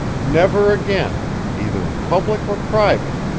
never again either in public or private!